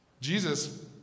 Jesus